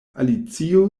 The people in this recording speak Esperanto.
alicio